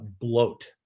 bloat